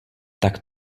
tak